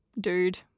dude